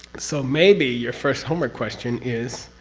so maybe your first homework question is.